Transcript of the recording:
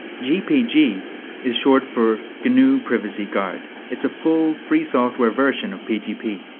gpg is short for gnu privacy guard. it's a full, free software version of pgp,